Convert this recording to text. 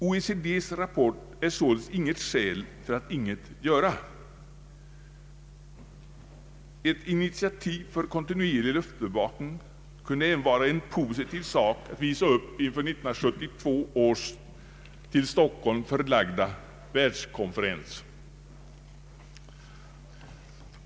OECD:s rapport är således inte något skäl för att ingenting göra. Ett initiativ till kontinuerlig luftbevakning kunde även vara en positiv sak att visa upp inför 1972 års till Stockholm förlagda världskonferens.